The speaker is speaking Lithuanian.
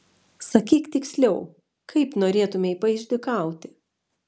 sakyk tiksliau kaip norėtumei paišdykauti